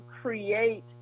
create